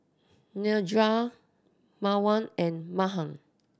Niraj Pawan and Mahan